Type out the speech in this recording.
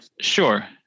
Sure